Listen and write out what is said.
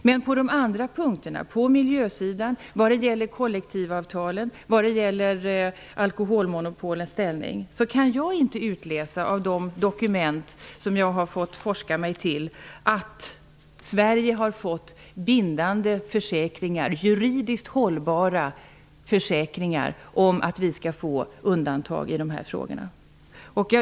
Men i fråga om miljön, kollektivavtalen och alkoholmonopolens ställning kan jag inte utläsa av de dokument som jag har fått forska mig fram till att Sverige har fått bindande, juridiskt hållbara, försäkringar om att få tillämpa undantag i dessa frågor.